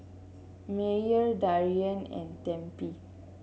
Myer Darian and Tempie